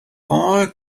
all